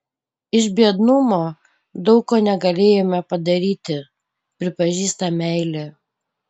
iš biednumo daug ko negalėjome padaryti pripažįsta meilė